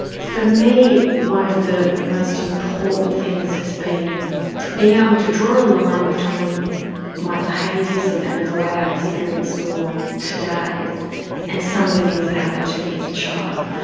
for me one of the most important things has been being able to draw line between my behaviours and and the way i experience the world today and some of the things that happened to me as a child.